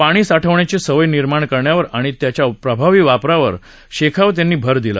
पाणी साठवण्याची सवय निर्माण करण्यावर आणि त्याचा प्रभावी वापर करण्यावर शेखावत यांनी भर दिला